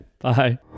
Bye